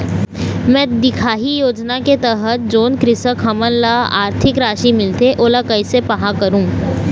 मैं दिखाही योजना के तहत जोन कृषक हमन ला आरथिक राशि मिलथे ओला कैसे पाहां करूं?